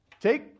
take